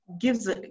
gives